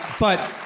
but